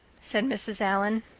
said mrs. allan.